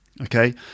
Okay